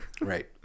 right